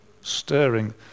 Stirring